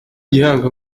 gihanga